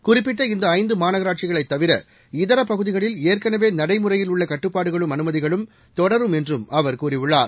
குறிப்பிட்ட இந்த இந்து மாநகராட்சிகளைத் தவிர இதர பகுதிகளில் ஏற்கனவே நடைமுறையில் உள்ள கட்டுப்பாடுகளும் அனுமதிகளும் தொடரும் என்றும் அவர் கூறியுள்ளார்